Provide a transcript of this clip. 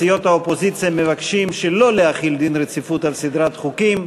סיעות האופוזיציה מבקשות שלא להחיל דין רציפות על סדרת חוקים.